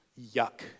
Yuck